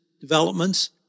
developments